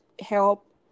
help